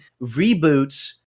reboots